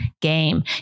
game